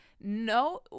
no